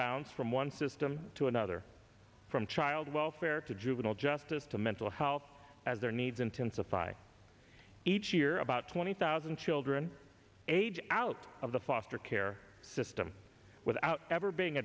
bounce from one system to another from child welfare to juvenile justice to mental help as their needs intensify each year about twenty thousand children age out of the foster care system without ever being